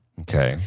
Okay